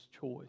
choice